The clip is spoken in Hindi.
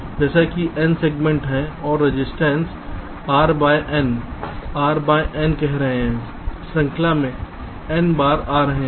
जैसे कि N सेगमेंट हैं और resistance R by N R by N कह रहे हैं श्रृंखला में N बार आ रहे हैं